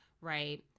right